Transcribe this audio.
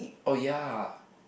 oh ya